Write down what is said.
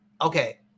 okay